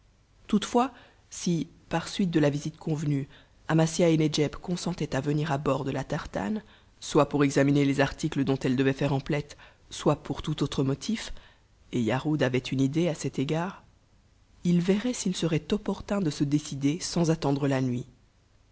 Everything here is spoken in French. toutefois si par suite de la visite convenue amasia et nedjeb consentaient à venir à bord de la tartane soit pour examiner les articles dont elles devaient faire emplette soit pour tout autre motif et yarhud avait une idée à cet égard il verrait s'il serait opportun de se décider sans attendre la nuit